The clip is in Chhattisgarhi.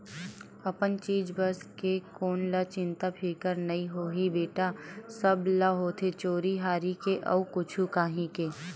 अपन चीज बस के कोन ल चिंता फिकर नइ होही बेटा, सब ल होथे चोरी हारी के अउ कुछु काही के